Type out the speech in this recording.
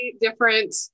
different